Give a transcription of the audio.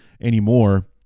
anymore